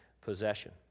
possession